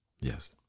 Yes